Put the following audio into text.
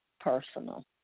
personal